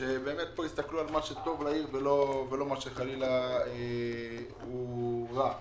ויודע שהם מסתכלים על מה שטוב לעיר ולא מה שחלילה רע לעיר.